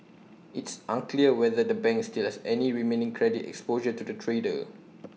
it's unclear whether the bank still has any remaining credit exposure to the trader